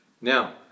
Now